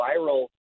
viral